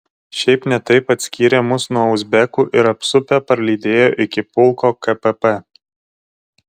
šiaip ne taip atskyrė mus nuo uzbekų ir apsupę parlydėjo iki pulko kpp